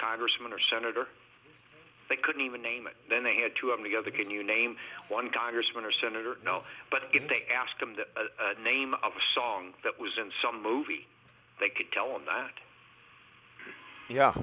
congressman or senator they couldn't even name and then they had to have the other can you name one congressman or senator but if they ask them the name of a song that was in some movie they could tell on that yeah